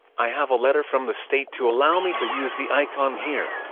i have a letter from the state to allow me to use the icon here.